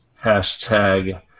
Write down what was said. Hashtag